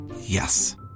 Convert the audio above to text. Yes